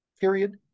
Period